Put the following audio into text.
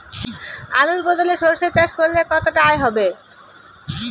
আলুর বদলে সরষে চাষ করলে কতটা আয় হবে?